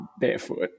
barefoot